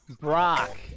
Brock